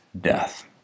death